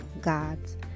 gods